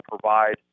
provide